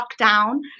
lockdown